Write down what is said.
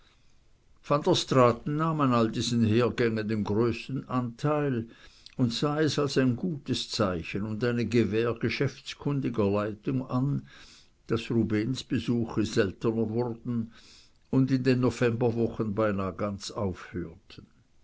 an all diesen hergängen den größten anteil und sah es als ein gutes zeichen und eine gewähr geschäftskundiger leitung an daß rubehns besuche seltener wurden und in den novemberwochen beinahe ganz aufhörten